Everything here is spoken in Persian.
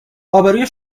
آبروی